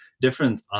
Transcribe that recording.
different